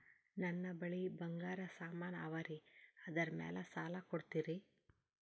ನನ್ನ ಬಳಿ ಬಂಗಾರ ಸಾಮಾನ ಅವರಿ ಅದರ ಮ್ಯಾಲ ಸಾಲ ಕೊಡ್ತೀರಿ?